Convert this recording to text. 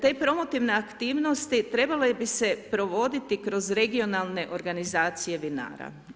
Te promotivne aktivnosti trebale bi se provoditi kroz regionalne organizacije vinara.